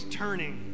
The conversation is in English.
turning